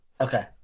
Okay